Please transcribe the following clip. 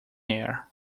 air